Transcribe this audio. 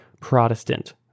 Protestant